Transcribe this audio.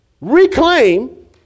reclaim